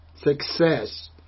success